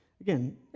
Again